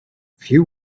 few